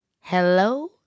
Hello